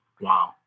wow